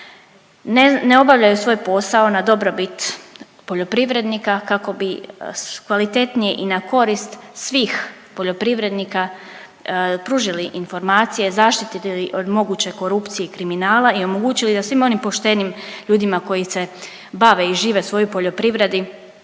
ne obavljaju svoj posao na dobrobit poljoprivrednika kako bi kvalitetnije i na korist svih poljoprivrednika pružili informacije, zaštitili ih od moguće korupcije i kriminala i omogućili da svim onim poštenim ljudima koji se bave i žive svoju poljoprivredi,